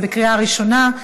בקריאה ראשונה,